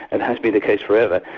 it has been the case forever,